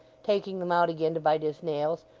taking them out again to bite his nails,